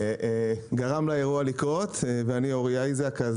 גרם לאירוע לקרות ואני אוריה איזק.